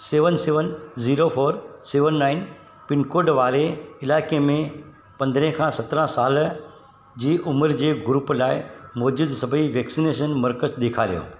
seven seven zero four seven nine pin code वारे इलाइक़े में पंदरहां खां सतरहां साल जी उमिरि जे ग्रूप लाइ मौजूदु सभेई वैक्सनेशन मर्कज़ु ॾेखारियो